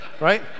right